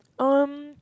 um